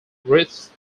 wrists